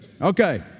Okay